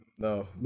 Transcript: No